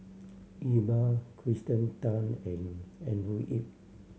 Iqbal Kirsten Tan and Andrew Yip